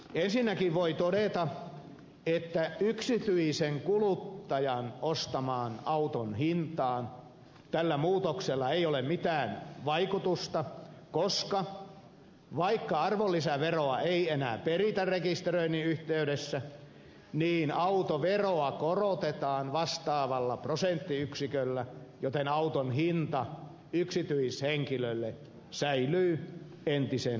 ensinnäkin voi todeta että yksityisen kuluttajan ostaman auton hintaan tällä muutoksella ei ole mitään vaikutusta koska vaikka arvonlisäveroa ei enää peritä rekisteröinnin yhteydessä niin autoveroa korotetaan vastaavalla prosenttiyksiköllä joten auton hinta yksityishenkilölle säilyy entisenlaisena